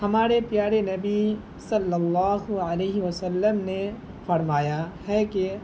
ہمارے پیارے نبی صلی اللہ علیہ وسلم نے فرمایا ہے کہ